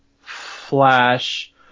Flash